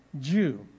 Jew